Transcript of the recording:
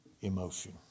emotion